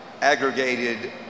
aggregated